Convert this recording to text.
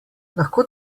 lahko